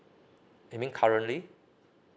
I mean currently